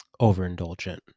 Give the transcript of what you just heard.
overindulgent